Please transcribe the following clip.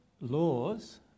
Laws